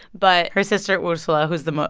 but. her sister ursula, who's the,